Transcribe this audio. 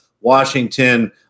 Washington